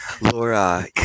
Laura